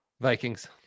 vikings